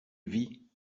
vie